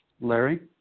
Larry